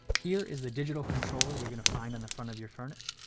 here is the digital controller you're gonna find on the front of your furnace.